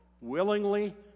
willingly